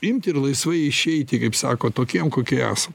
imti ir laisvai išeiti kaip sako tokiem kokie esam